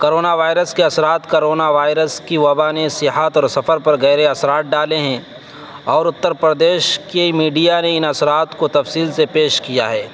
corona virus کے اثرات corona virus کی وبا نے سیاحت اور سفر پر گہرے اثرات ڈالے ہیں اور اتّر پردیش کے میڈیا نے ان اثرات کو تفصیل سے پیش کیا ہے